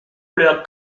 leur